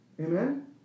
Amen